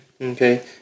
Okay